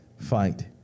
fight